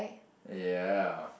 ya